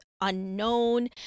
unknown